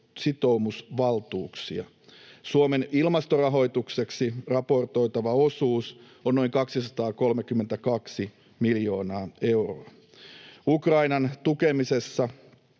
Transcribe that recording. sitoumusvaltuuksia. Suomen ilmastorahoitukseksi raportoitava osuus on noin 232 miljoonaa euroa. Ukrainan tukemisessa